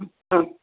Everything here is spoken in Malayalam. ആ